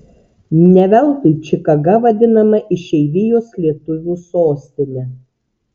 ne veltui čikaga vadinama išeivijos lietuvių sostine